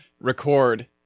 record